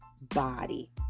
body